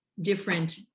different